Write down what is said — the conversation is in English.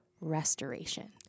restoration